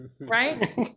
Right